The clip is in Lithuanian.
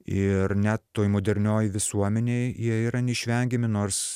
ir ne toje modernioj visuomenėj jie yra neišvengiami nors